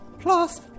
Plus